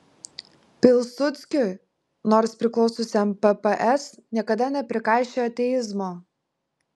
pilsudskiui nors priklausiusiam pps niekada neprikaišiojo ateizmo